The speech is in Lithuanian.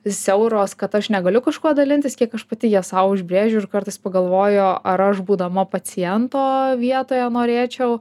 siauros kad aš negaliu kažkuo dalintis kiek aš pati jas sau užbrėžiu ir kartais pagalvoju ar aš būdama paciento vietoje norėčiau